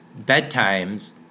bedtimes